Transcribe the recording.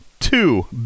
two